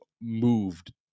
moved